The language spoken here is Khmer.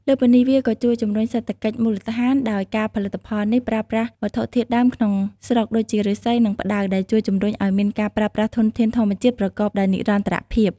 លើសពីនេះ វាក៏ជួយជំរុញសេដ្ឋកិច្ចមូលដ្ឋាន ដោយការផលិតផលនេះប្រើប្រាស់វត្ថុធាតុដើមក្នុងស្រុកដូចជា ឫស្សី និងផ្តៅ ដែលជួយជំរុញឲ្យមានការប្រើប្រាស់ធនធានធម្មជាតិប្រកបដោយនិរន្តរភាព។